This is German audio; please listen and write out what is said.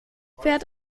fährt